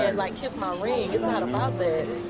and like, kiss my ring. it's not about that.